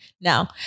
now